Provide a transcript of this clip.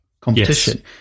competition